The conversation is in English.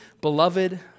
beloved